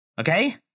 Okay